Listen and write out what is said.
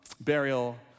burial